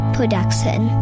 Production